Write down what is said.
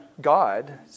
God